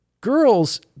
girls